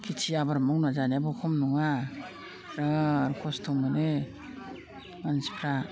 खिथि आबाद मावना जानायाबो खम नङा बिराद खस्थ' मोनो मानसिफ्रा